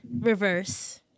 Reverse